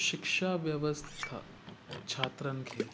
शिक्षा व्यवस्था छात्रनि खे